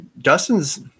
Dustin's